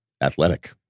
Athletic